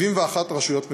71 רשויות מקומיות.